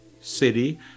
city